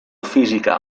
fisica